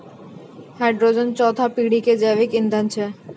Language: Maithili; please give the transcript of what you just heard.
हाइड्रोजन चौथा पीढ़ी के जैविक ईंधन छै